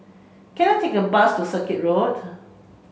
can I take a bus to Circuit Road